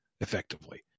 effectively